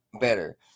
better